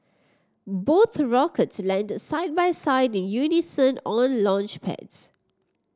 both rockets landed side by side in unison on launchpads